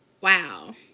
wow